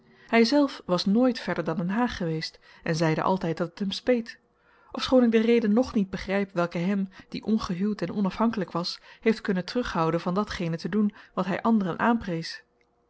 hij zelf was nooit verder dan den haag geweest en zeide altijd dat het hem speet ofschoon ik de reden nog niet begrijp welke hem die ongehuwd en onafhankelijk was heeft kunnen terughouden van datgene te doen wat hij anderen